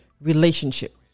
relationship